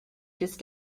just